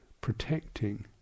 protecting